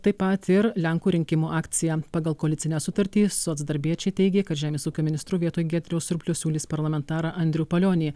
taip pat ir lenkų rinkimų akcija pagal koalicinę sutartį socdarbiečiai teigė kad žemės ūkio ministru vietoj giedriaus surplio siūlys parlamentarą andrių palionį